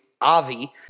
Avi